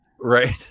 Right